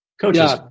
coaches